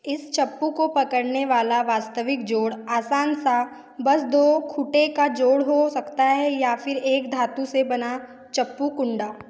इस चप्पू को पकड़ने वाला वास्तविक जोड़ आसान सा बस दो खूंटे का जोड़ हो सकता है या फ़िर एक धातु से बना चप्पू कुंडा